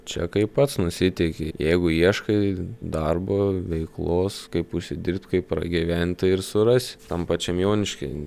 čia kaip pats nusiteiki jeigu ieškai darbo veiklos kaip užsidirbt kaip pragyvent tai ir surasi tam pačiam jonišky